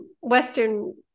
Western